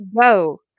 go